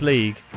League